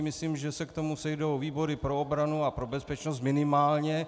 Myslím, že se k tomu sejdou výbory pro obranu a bezpečnost, minimálně.